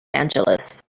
angeles